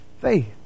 faith